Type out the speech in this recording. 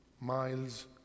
miles